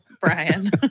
Brian